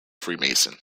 freemason